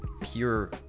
pure